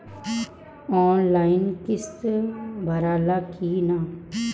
Online किस्त भराला कि ना?